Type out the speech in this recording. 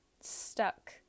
stuck